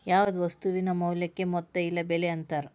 ಯಾವ್ದ್ ವಸ್ತುವಿನ ಮೌಲ್ಯಕ್ಕ ಮೊತ್ತ ಇಲ್ಲ ಬೆಲೆ ಅಂತಾರ